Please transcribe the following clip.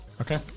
Okay